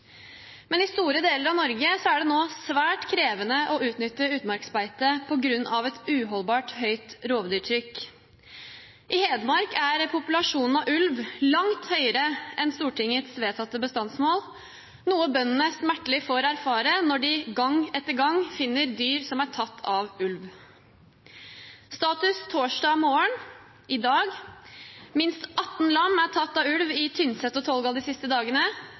Men i store deler av Norge er det nå svært krevende å utnytte utmarksbeitet på grunn av et uholdbart høyt rovdyrtrykk. I Hedmark er populasjonen av ulv langt høyere enn Stortingets vedtatte bestandsmål, noe bøndene smertelig får erfare når de gang etter gang finner dyr som er tatt av ulv. Status er i dag, torsdag morgen: Minst 18 lam er tatt av ulv i Tynset og Tolga de siste dagene.